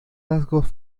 rasgos